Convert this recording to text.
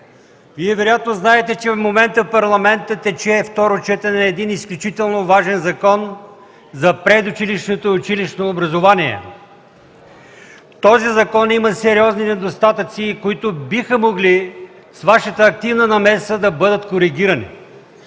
Вие вероятно знаете, че в момента в Парламента тече второ четене на един изключително важен Закон за предучилищното и училищното образование. Този закон има сериозни недостатъци, които биха могли с Вашата активна намеса да бъдат коригирани.